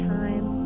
time